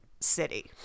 City